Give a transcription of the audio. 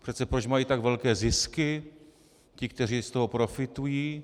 Přece proč mají tak velké zisky ti, kteří z toho profitují?